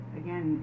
again